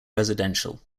residential